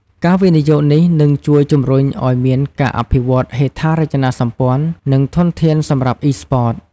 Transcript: ការវិនិយោគនេះនឹងជួយជំរុញឲ្យមានការអភិវឌ្ឍហេដ្ឋារចនាសម្ព័ន្ធ និងធនធានសម្រាប់ Esports។